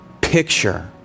picture